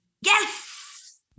Yes